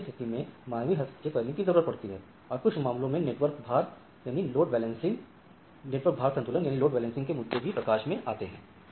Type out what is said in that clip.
तो ऐसी स्थिति में मानवी हस्तक्षेप करने की जरूरत पड़ती है और कुछ मामलों में नेटवर्क भार संतुलन के मुद्दे भी प्रकाश में आते हैं